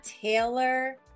Taylor